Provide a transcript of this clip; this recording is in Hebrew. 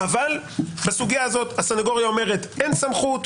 בסוגיה הזאת הסניגוריה אומרת, אין סמכות.